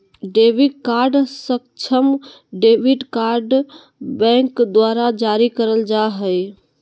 debit card सक्षम debit card bank द्वारा जारी करल जा हइ